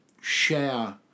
share